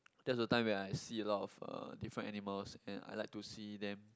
that's the time when I see a lot of uh different animals and I like to see them